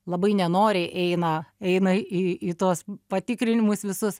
labai nenoriai eina eina į į tuos patikrinimus visus